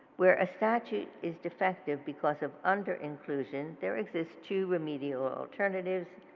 where a statue is defective because of under inclusion there exists two remedial alternatives,